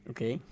Okay